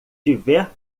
tiver